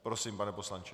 Prosím, pane poslanče.